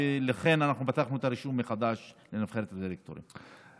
ולכן פתחנו מחדש את הרישום לנבחרת הדירקטורים.